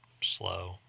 slow